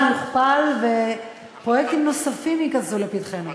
ויוכפל ופרויקטים נוספים ייכנסו בפתחנו.